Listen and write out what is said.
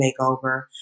makeover